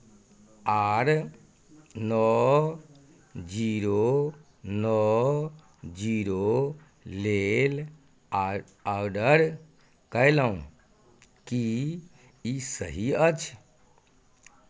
आर नओ जीरो नओ जीरो लेल आ ऑर्डर कयलहुँ की ई सही अछि